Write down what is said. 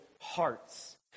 hearts